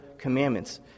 commandments